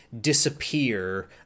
disappear